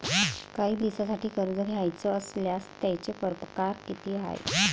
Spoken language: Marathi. कायी दिसांसाठी कर्ज घ्याचं असल्यास त्यायचे परकार किती हाय?